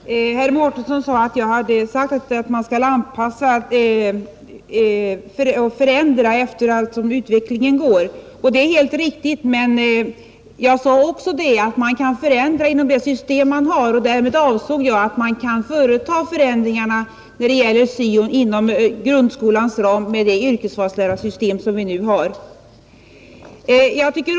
Fru talman! Herr Mårtensson menade att jag hade sagt att man skall 125 anpassa och förändra allteftersom utvecklingen går, och det är helt riktigt, men jag sade också att man kan förändra inom det system man har. Därmed ansåg jag att man kan företa ändringarna när det gäller syo inom grundskolans ram med det yrkesvalslärarsystem som vi nu har.